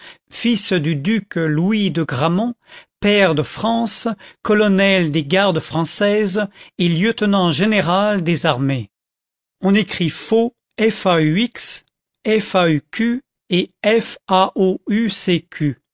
fils du duc louis de gramont pair de france colonel des gardes françaises et lieutenant général des armées on écrit faux fauq et